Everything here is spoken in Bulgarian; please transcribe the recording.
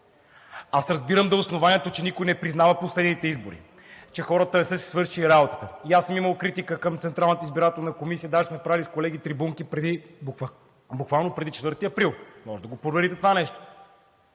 Аз разбирам да е основанието, че никой не признава последните избори, че хората не са си свършили работата. И аз съм имал критика към Централната избирателна комисия, даже сме правили с колеги трибунки буквално преди 4 април, можете да го проверите това нещо.